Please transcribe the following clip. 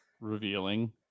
revealing